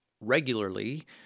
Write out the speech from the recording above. regularly